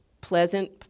pleasant